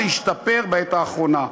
זה השתפר בעת האחרונה.